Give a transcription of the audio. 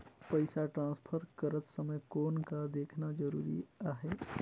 पइसा ट्रांसफर करत समय कौन का देखना ज़रूरी आहे?